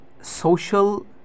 social